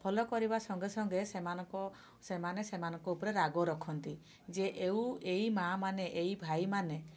follow କରିବା ସଙ୍ଗେ ସଙ୍ଗେ ସେମାନଙ୍କ ସେମାନେ ସେମାନଙ୍କ ଉପରେ ରାଗ ରଖନ୍ତି ଯେ ଏଉ ଏଇ ମା' ମାନେ ଏଇ ଭାଇମାନେ